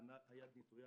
היד נטויה.